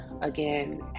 again